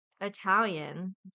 Italian